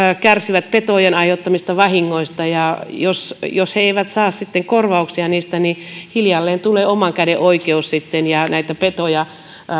kärsivät petojen aiheuttamista vahingoista ja jos jos he eivät sitten saa korvauksia niistä niin hiljalleen tulee oman käden oikeus ja näitä petoja